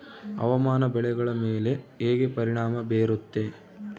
ಹವಾಮಾನ ಬೆಳೆಗಳ ಮೇಲೆ ಹೇಗೆ ಪರಿಣಾಮ ಬೇರುತ್ತೆ?